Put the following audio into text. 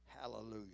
Hallelujah